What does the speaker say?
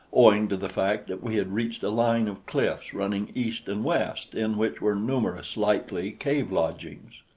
owing to the fact that we had reached a line of cliffs running east and west in which were numerous likely cave-lodgings.